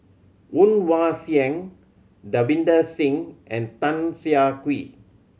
Woon Wah Siang Davinder Singh and Tan Siah Kwee